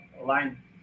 line